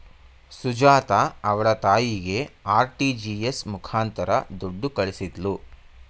ಸುಜಾತ ಅವ್ಳ ತಾಯಿಗೆ ಆರ್.ಟಿ.ಜಿ.ಎಸ್ ಮುಖಾಂತರ ದುಡ್ಡು ಕಳಿಸಿದ್ಲು